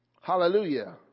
Hallelujah